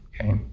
Okay